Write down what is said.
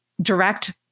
direct